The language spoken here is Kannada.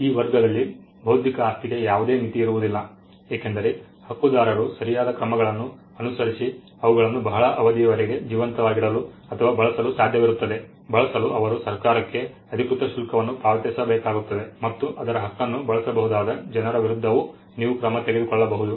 ಈ ವರ್ಗದಲಿ ಬೌದ್ಧಿಕ ಆಸ್ತಿಗೆ ಯಾವುದೇ ಮಿತಿ ಇರುವುದಿಲ್ಲ ಏಕೆಂದರೆ ಹಕ್ಕುದಾರರು ಸರಿಯಾದ ಕ್ರಮಗಳನ್ನು ಅನುಸರಿಸಿ ಅವುಗಳನ್ನು ಬಹಳ ಅವಧಿಯವರೆಗೆ ಜೀವಂತವಾಗಿಡಲು ಅಥವಾ ಬಳಸಲು ಸಾಧ್ಯವಿರುತ್ತದೆ ಬಳಸಲು ಅವರು ಸರ್ಕಾರಕ್ಕೆ ಅಧಿಕೃತ ಶುಲ್ಕವನ್ನು ಪಾವತಿಸಬೇಕಾಗುತ್ತದೆ ಮತ್ತು ಅದರ ಹಕ್ಕನ್ನು ಬಳಸಬಹುದಾದ ಜನರ ವಿರುದ್ಧವೂ ನೀವು ಕ್ರಮ ತೆಗೆದುಕೊಳ್ಳಬಹುದು